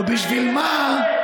ובשביל מה?